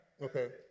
Okay